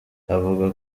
avuga